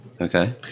Okay